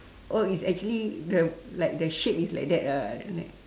oh it's actually the like the shape is like that ah then like